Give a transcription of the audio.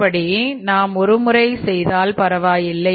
இப்படி நாம் ஒரு முறை செய்தால் பரவாயில்லை